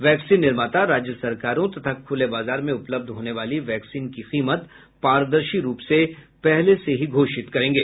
vaccine निर्माता राज्य सरकारों तथा खुले बाजार में उपलब्ध होने वाली वैक्सीन की कीमत पारदर्शी रूप से पहले से ही घोषिति करेंगे